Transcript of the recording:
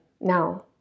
Now